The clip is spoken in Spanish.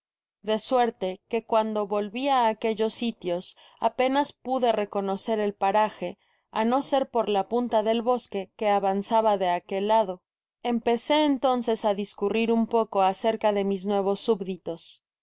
de suerte que cuando volvi á aquellos sitios apenas pude reconocer el paraje á no ser por la punta del bosque que avanzaba de aquel lado empecé entonces á discurrir un poco acerca de mis nuevos subditos